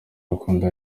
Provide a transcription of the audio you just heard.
rukundo